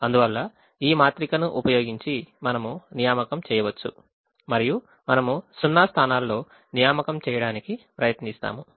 అందువల్ల ఈ మాత్రికను ఉపయోగించి మనం నియామకం చేయవచ్చు మరియు మనము సున్నా స్థానాల్లో నియామకం చేయడానికి ప్రయత్నిస్తాము